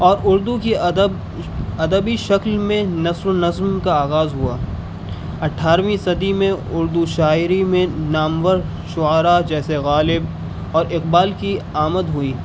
اور اردو کی ادب ادبی شکل میں نثر و نظم کا آغاز ہوا اٹھارویں صدی میں اردو شاعری میں نامور شعراء جیسے غالب اور اقبال کی آمد ہوئی